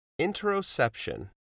interoception